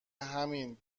همین